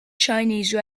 chinese